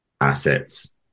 assets